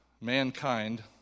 mankind